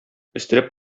өстерәп